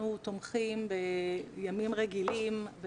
אנחנו תומכים בימים רגילים,